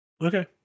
Okay